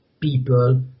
people